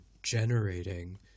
generating